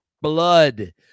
blood